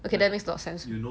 okay that makes a lot of sense